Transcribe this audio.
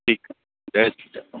ठीकु आहे जय झूलेलाल